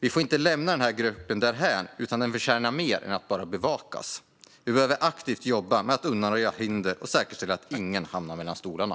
Vi får inte lämna denna grupp därhän, utan den förtjänar mer än att bara bevakas. Vi behöver jobba aktivt med att undanröja hinder och säkerställa att ingen hamnar mellan stolarna.